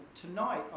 tonight